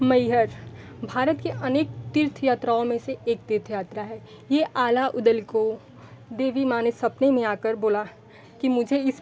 मइहर भारत के अनेक तीर्थ यात्राओं में से एक तीर्थ यात्रा है ये आला ऊदल को देवी माँ ने सपने में आकर बोला कि मुझे इस